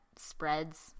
spreads